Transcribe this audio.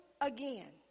again